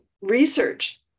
research